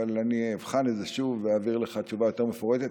אבל אני אבחן את זה שוב ואעביר לך תשובה יותר מפורטת.